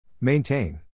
Maintain